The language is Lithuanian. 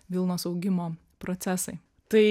vilnos augimo procesai tai